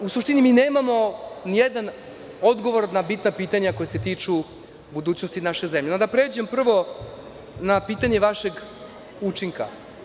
U suštini mi nemamo ni jedan odgovor na bitna pitanja koja se tiču budućnosti naše zemlje, onda pređem prvo na pitanje vašeg učinka.